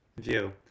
view